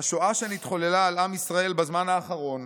"השואה שנתחוללה על עם ישראל בזמן האחרון,